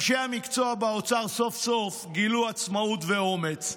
אנשי המקצוע באוצר סוף-סוף גילו עצמאות ואומץ,